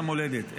ערש המולדת,